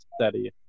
Steady